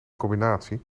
combinatie